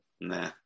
nah